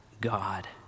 God